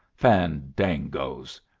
fandangoes!